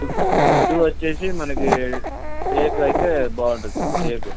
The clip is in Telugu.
ఉడ్ ఉడ్డు వచ్చేసి మనకి టేకు అయితే బాగుంటుంది సార్ టేకు